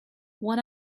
one